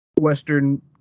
Western